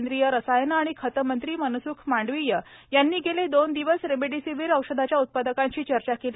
केंद्रीय रसायनं आणि खतं मंत्री मनस्ख मांडविय यांनी गेले दोन दिवस रेमडिसीवीर औषधाच्या उत्पादकांशी चर्चा केली